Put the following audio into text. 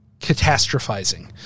catastrophizing